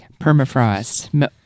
Permafrost